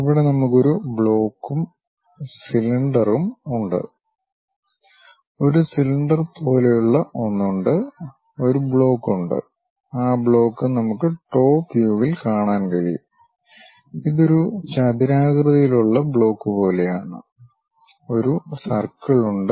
ഇവിടെ നമുക്ക് ഒരു ബ്ലോക്കും സിലിണ്ടറുകളും ഉണ്ട് ഒരു സിലിണ്ടർ പോലെയുള്ള ഒന്ന് ഉണ്ട് ഒരു ബ്ലോക്ക് ഉണ്ട് ആ ബ്ലോക്ക് നമുക്ക് ടോപ് വ്യൂവിൽ കാണാൻ കഴിയും ഇത് ഒരു ചതുരാകൃതിയിലുള്ള ബ്ലോക്ക് പോലെയാണ് ഒരു സർക്കിൾ ഉണ്ട്